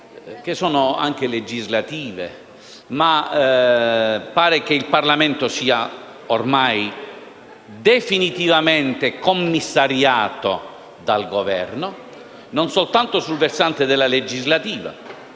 che sono anche legislative. Pare però che il Parlamento sia ormai definitivamente commissariato dal Governo, non soltanto sul versante della funzione legislativa,